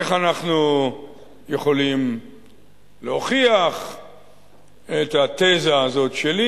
איך אנחנו יכולים להוכיח את התזה הזאת שלי?